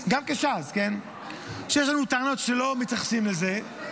גם כש"ס, כן, כשיש לנו טענות שלא מתייחסים אליהן,